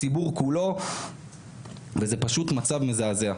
את הציבור כולו וזה פשוט מצב מזעזע.